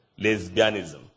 lesbianism